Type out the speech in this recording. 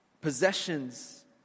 possessions